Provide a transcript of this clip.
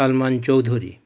Salman Chowdhury